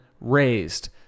raised